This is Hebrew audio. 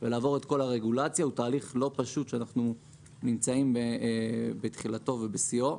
ולעבור את כל הרגולציה הוא תהליך לא פשוט שאנחנו נמצאים בתחילתו ובשיאו.